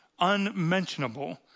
unmentionable